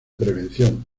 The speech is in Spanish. prevención